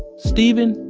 steven,